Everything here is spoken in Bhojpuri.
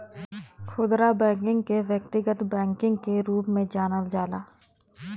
खुदरा बैकिंग के व्यक्तिगत बैकिंग के रूप में जानल जाला